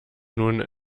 nun